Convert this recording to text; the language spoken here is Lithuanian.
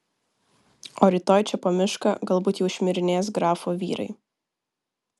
o rytoj čia po mišką galbūt jau šmirinės grafo vyrai